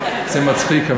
זה מצחיק,